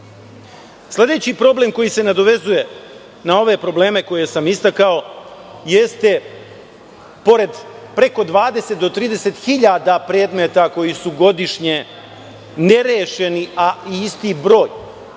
problem koji se nadovezuje na ove probleme koje sam istakao jeste pored preko 20 do 30 hiljada predmeta koji su godišnje nerešeni, a isti broj,